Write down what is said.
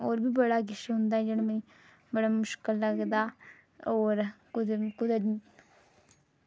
होर बी बड़ा किश होंदा बड़ा मुश्कल लगदा कुदै कुदै